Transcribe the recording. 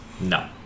No